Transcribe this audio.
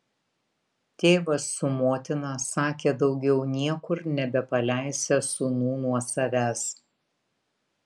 tėvas su motina sakė daugiau niekur nebepaleisią sūnų nuo savęs